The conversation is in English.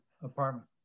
apartment